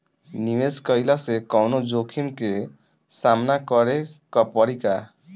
निवेश कईला से कौनो जोखिम के सामना करे क परि का?